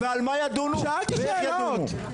שאלתי שאלות.